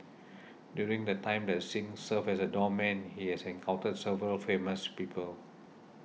during the time that Singh served as a doorman he has encountered several famous people